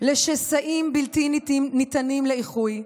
לשסעים בלתי ניתנים לאיחוי,